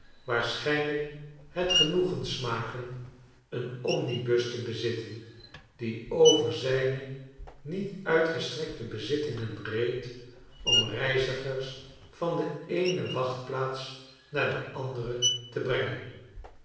is waarschijnlijkhet genoegen smaken een omnibus te bezitten die over zijne niet uitgestrekte bezittingen reed om reizigers van de eene wachtplaats naar de andere te brengen